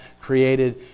created